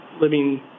living